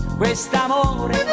quest'amore